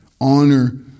Honor